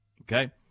okay